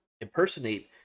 impersonate